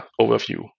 overview